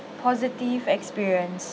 positive experience